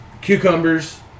cucumbers